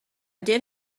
did